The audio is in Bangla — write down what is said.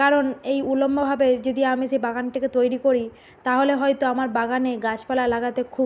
কারণ এই উলম্বভাবে যদি আমি সে বাগানটিকে তৈরি করি তাহলে হয়তো আমার বাগানে গাছপালা লাগাতে খুব